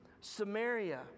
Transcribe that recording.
Samaria